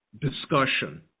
discussion